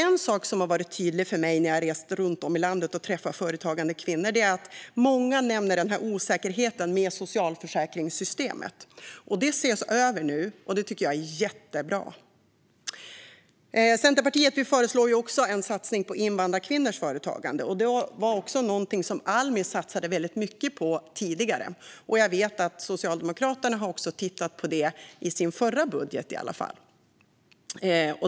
En sak som har blivit tydlig för mig när jag har rest runt i landet och träffat företagande kvinnor är osäkerheten med socialförsäkringssystemet. Det är något som många nämner. Det ses över nu, vilket är jättebra. Centerpartiet föreslår också en satsning på invandrarkvinnors företagande. Det är något som Almi satsade mycket på tidigare, och jag vet att Socialdemokraterna tittade på det åtminstone i sin förra budget.